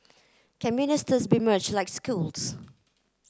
can ministers be merge like schools